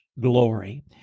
glory